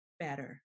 better